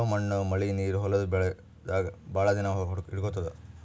ಛಲೋ ಮಣ್ಣ್ ಮಳಿ ನೀರ್ ಹೊಲದ್ ಬೆಳಿದಾಗ್ ಭಾಳ್ ದಿನಾ ಹಿಡ್ಕೋತದ್